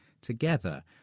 together